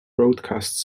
broadcast